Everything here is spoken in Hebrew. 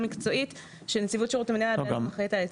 מקצועית שנציבות שירות המדינה אחראית על הייצוג שלה.